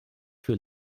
für